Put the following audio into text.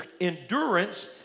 endurance